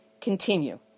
continue